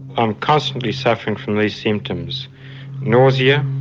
i'm constantly suffering from these symptoms nausea,